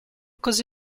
così